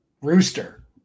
Rooster